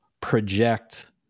project